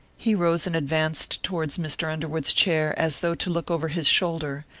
he rose and advanced towards mr. underwood's chair as though to look over his shoulder,